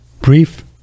brief